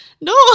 No